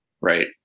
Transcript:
right